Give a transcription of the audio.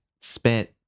spent